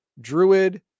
Druid